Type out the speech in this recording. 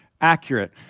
accurate